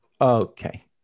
Okay